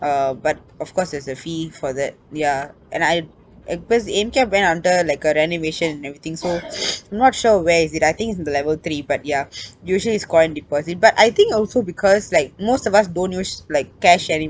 uh but of course there's a fee for that ya and I a~ a~ because A_M_K went under like a renovation and everything so not sure where is it I think it's in the level three but ya usually it's coin deposit but I think also because like most of us don't use like cash anymore